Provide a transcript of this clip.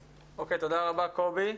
אוקיי, תודה רבה, קובי.